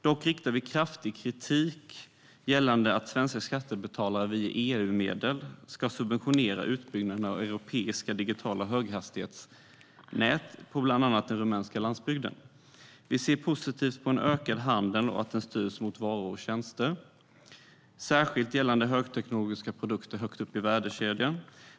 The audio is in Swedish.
Dock riktar vi kraftig kritik mot att svenska skattebetalare via EU-medel ska subventionera utbyggnaden av europeiska digitala höghastighetsnät, bland annat på den rumänska landsbygden. Vi ser positivt på ökad handel och på att den styrs mot varor och tjänster, särskilt vad gäller högteknologiska produkter högt upp i värdekedjan.